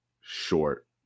short